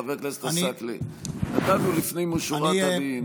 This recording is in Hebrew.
חבר הכנסת עסאקלה, נתנו לפנים משורת הדין.